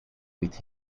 with